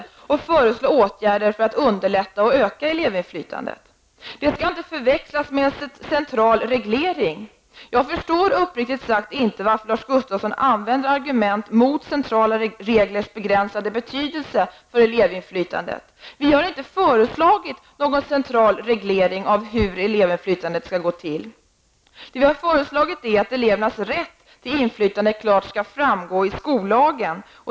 Man borde därför föreslå åtgärder för att underlätta och öka elevinflytandet. Detta skall inte förväxlas med en central reglering. Jag förstår uppriktigt sagt inte varför Lars Gustafsson använder argument mot centrala reglers begränsade betydelse för ett elevinflytande. Vi har inte föreslagit någon central reglering av hur elevinflytandet skall gå till. Vad vi har föreslagit är att elevernas rätt till inflytande klart skall framgå av skollagen.